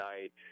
night